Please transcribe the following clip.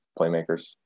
playmakers